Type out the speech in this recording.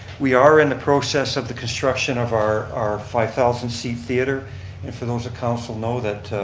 we are in the process of the construction of our our five thousand seat theater. and for those at council know that,